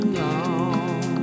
long